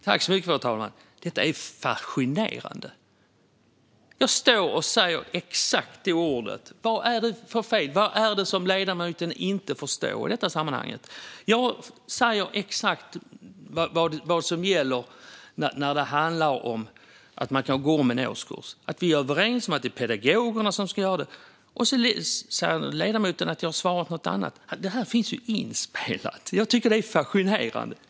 Fru talman! Detta är fascinerande. Jag står och säger exakt detta. Vad är det för fel? Vad är det som ledamoten inte förstår i detta sammanhang? Jag säger exakt vad som gäller när det handlar om att man kan gå om en årskurs. Vi är överens om att det är pedagogerna som ska göra detta. Sedan säger ledamoten att jag svarar på någonting annat. Detta finns ju inspelat. Jag tycker att det är fascinerande.